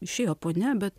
išėjo ponia bet